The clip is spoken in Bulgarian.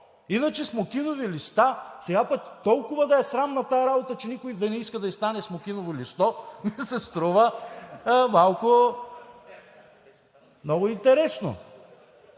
Иначе смокинови листа, сега пък толкова да е срамна тази работа, че никой да не иска да ѝ стане смокиново листо, ми се струва много интересно.